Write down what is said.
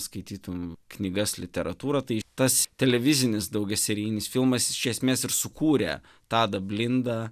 skaitytum knygas literatūrą tai tas televizinis daugiaserijinis filmas iš esmės ir sukūria tadą blindą